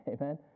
Amen